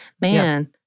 Man